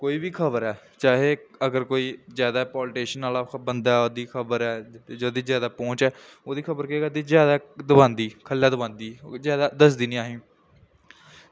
कोई बी खबर ऐ चाहें अगर कोई जादा पालिटिशन आह्ला बंदा ऐ ओह्दी खबर ऐ जां जेह्दी जादा पौंह्च ऐ ओह्दी खबर केह् करदी जादा दबांदी ख'ल्लै दबांदी जादा दसदी निं असेंगी